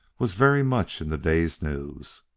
was very much in the day's news.